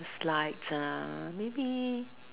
slides ah maybe